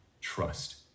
trust